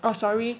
oh sorry